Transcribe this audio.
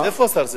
איפה השר שמחון?